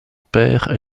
père